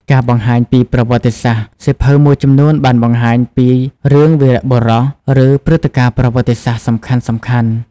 ការបង្ហាញពីប្រវត្តិសាស្ត្រ សៀវភៅមួយចំនួនបានបង្ហាញពី រឿងវីរបុរស ឬ ព្រឹត្តិការណ៍ប្រវត្តិសាស្ត្រ សំខាន់ៗ។